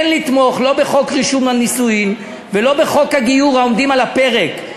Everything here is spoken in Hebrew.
אין לתמוך לא בחוק רישום נישואים ולא בחוק הגיור העומדים על הפרק,